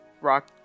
Rock